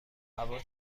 هوا